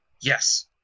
Yes